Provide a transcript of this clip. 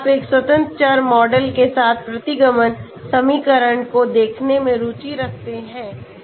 अगर आप एक स्वतंत्र चर मॉडल के साथ प्रतिगमन समीकरण को देखने में रुचि रखते हैं